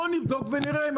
בואו נבדוק ונראה.